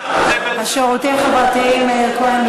והשירותים החברתיים מאיר כהן.